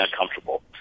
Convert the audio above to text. uncomfortable